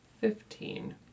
Fifteen